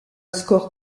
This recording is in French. score